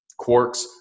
quarks